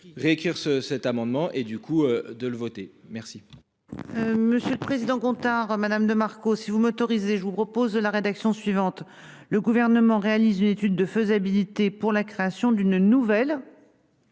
Réécrire ce cet amendement et du coup de le voter. Merci. Monsieur le président Gontard. Madame de Marco. Si vous m'autorisez, je vous propose la rédaction suivante le gouvernement réalise une étude de faisabilité pour la création d'une nouvelle.